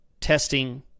testing